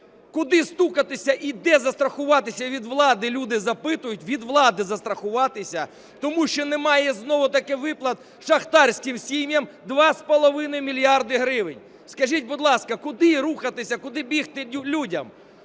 Куди стукатися і де застрахуватися від влади? Люди запитують – від влади застрахуватися. Тому що немає знову ж таки виплат шахтарським сім'ям 2,5 мільярда гривень. Скажіть, будь ласка, куди рухатися, куди бігти людям?